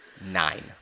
nine